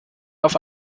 auf